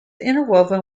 interwoven